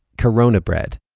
corona bread,